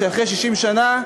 אחרי 60 שנה,